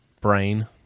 Brain